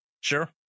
Sure